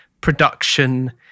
production